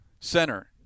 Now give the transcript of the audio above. Center